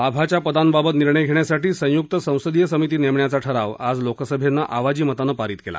लाभाच्या पदांबाबत निर्णय घेण्यासाठी संयुक्त संसदीय समिती नेमण्याचा ठराव आज लोकसभेनं आवाजी मतानं पारित केला